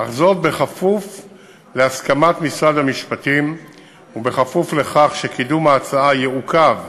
אך בכפוף להסכמת משרד המשפטים ובכפוף לכך שקידום ההצעה יעוכב